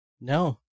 no